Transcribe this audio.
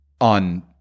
on